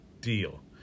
Deal